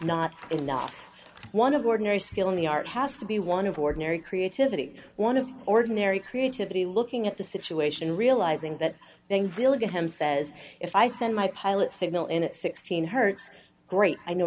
not enough one of ordinary skill in the art has to be one of ordinary creativity one of ordinary creativity looking at the situation realizing that then villa get him says if i send my pilot signal in at sixteen hertz great i know